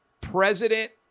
president